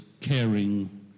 caring